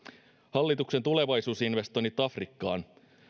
hallituksen tulevaisuusinvestoinnit afrikkaan